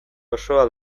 osoa